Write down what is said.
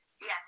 Yes